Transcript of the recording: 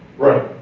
right,